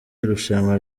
irushanwa